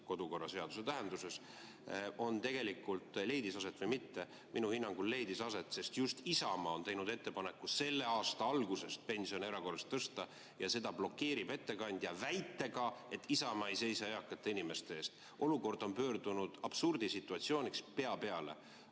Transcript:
kodukorraseaduse tähenduses, leidis aset või mitte? Minu hinnangul leidis aset, sest just Isamaa on teinud ettepaneku selle aasta algusest pensione erakorraliselt tõsta, aga seda blokeerib ettekandja väitega, et Isamaa ei seisa eakate inimeste eest. Olukord on pöördunud absurdisituatsioonist pea